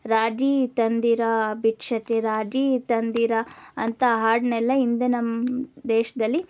ರಾಗಿ ತಂದೀರಾ ಭಿಕ್ಷಕ್ಕೆ ರಾಗಿ ತಂದೀರಾ ಅಂತ ಹಾಡನ್ನೆಲ್ಲ ಹಿಂದೆ ನಮ್ಮ ದೇಶದಲ್ಲಿ